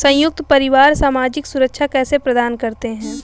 संयुक्त परिवार सामाजिक सुरक्षा कैसे प्रदान करते हैं?